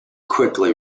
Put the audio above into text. quickly